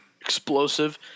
explosive